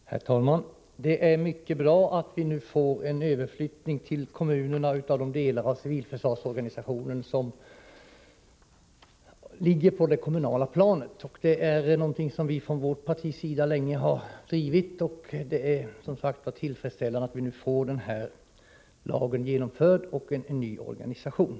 Herr talman! Det är mycket bra att vi nu får en överflyttning till kommunerna av de delar av civilförsvarsorganisationen som ligger på det kommunala planet. Det är någonting som vi från vårt partis sida länge har verkat för. Det är som sagt tillfredsställande att vi nu får den här lagen och kan genomföra en ny organisation.